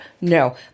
No